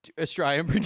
Australian